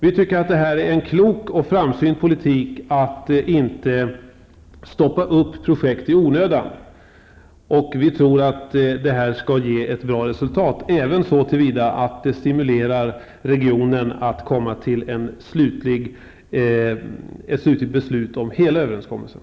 Vi tycker att det är en klok och framsynt politik att inte stoppa upp projekt i onödan. Vi tror att det här skall ge ett bra resultat även så till vida att det stimulerar regionen att komma till ett slutligt beslut om hela överenskommelsen.